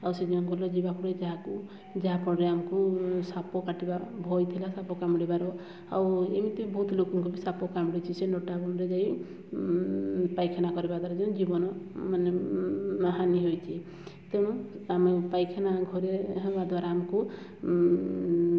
ସେ ଦିନ ଗଲେ ଯିବାକୁ ପଡ଼ିବ ଯାହାକୁ ଯାହାଫଳରେ ଆମକୁ ସାପ କାଟିବା ଭୟ ଥିଲା ସାପ କାମୁଡ଼ିବାର ଆଉ ଏମିତି ବହୁତ ଲୋକଙ୍କୁ ବି ସାପ କାମୁଡ଼ିଛି ସେ ନୋଟା ମୁଣ୍ଡରେ ଯାଇ ପାଇଖାନା କରିବା ଦ୍ୱାରା ଜୀବନ ମାନେ ହାନି ହୋଇଛି ତେଣୁ ଆମେ ପାଇଖାନା ଘରେ ହେବା ଦ୍ବାରା ଆମକୁ ଉଁ